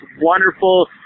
wonderful